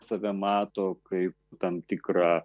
save mato kaip tam tikrą